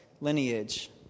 lineage